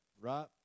right